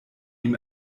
ihm